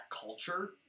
culture